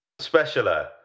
Specialer